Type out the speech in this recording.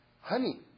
honey